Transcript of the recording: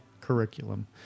curriculum